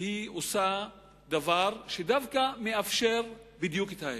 היא עושה דבר שדווקא מאפשר בדיוק את ההיפך.